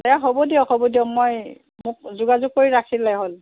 দে হ'ব দিয়ক হ'ব দিয়ক মই মোক যোগাযোগ কৰি ৰাখিলেই হ'ল